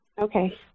Okay